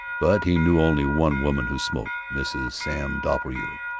but he knew only one woman who smoked mrs. sam doppelbrau,